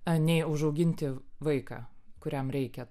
anei užauginti vaiką kuriam reikia